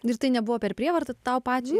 ir tai nebuvo per prievartą tau pačiai